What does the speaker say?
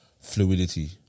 fluidity